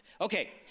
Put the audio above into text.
Okay